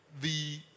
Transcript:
The